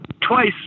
Twice